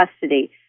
custody